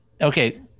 Okay